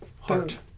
heart